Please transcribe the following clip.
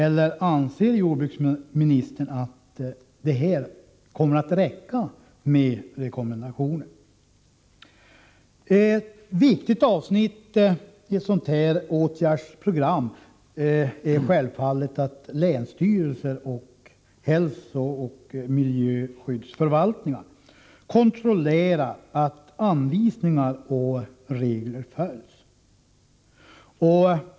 Eller anser jordbruksministern att det kommer att räcka med rekommendationer? En viktig sak när det gäller ett sådant här åtgärdsprogram är självfallet att länsstyrelser och hälsooch miljöskyddsförvaltningar kontrollerar att anvisningar och regler följs.